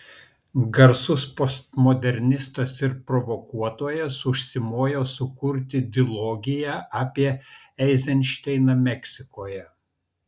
garsus postmodernistas ir provokuotojas užsimojo sukurti dilogiją apie eizenšteiną meksikoje